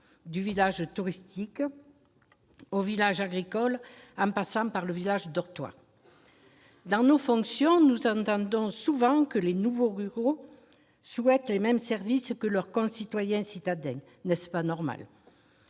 du village touristique au village agricole, en passant par le village-dortoir. Dans le cadre de nos fonctions, nous entendons souvent que les nouveaux ruraux souhaitent les mêmes services que leurs concitoyens citadins. N'est-ce pas normal ?